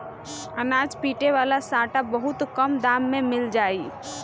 अनाज पीटे वाला सांटा बहुत कम दाम में मिल जाई